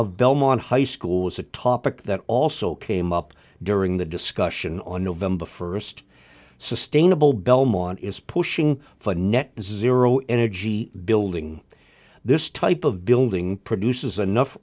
of belmont high school was a topic that also came up during the discussion on november first sustainable belmont is pushing for a net zero energy building this type of building produces enough